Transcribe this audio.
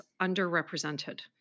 underrepresented